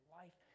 life